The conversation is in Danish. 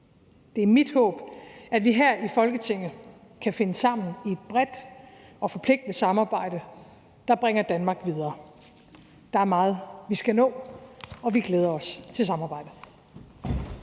Det er mit håb, at vi her i Folketinget kan finde sammen i et bredt og forpligtende samarbejde, der bringer Danmark videre. Der er meget, vi skal nå, og vi glæder os til samarbejdet.